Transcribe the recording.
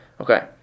okay